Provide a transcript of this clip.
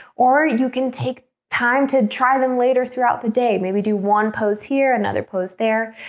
or you can take time to try them later throughout the day maybe do one pose here another pose there.